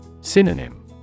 Synonym